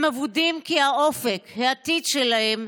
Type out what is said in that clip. הם אבודים כי האופק, העתיד שלהם,